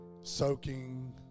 soaking